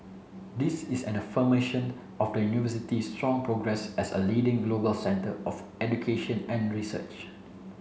this is an affirmation of the University's strong progress as a leading global center of education and research